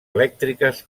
elèctriques